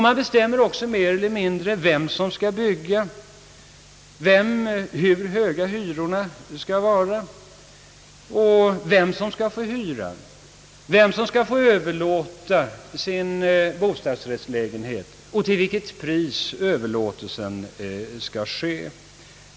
Man bestämmer också på detta håll mer eller mindre vem det är som skall bygga, hur höga hyrorna skall vara, vem som skall få hyra, vem som skall få överlåta sin bostadsrättslägenhet och till vilket pris överlåtelsen skall ske.